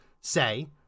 say